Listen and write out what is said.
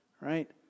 right